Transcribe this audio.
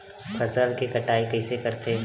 फसल के कटाई कइसे करथे?